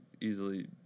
easily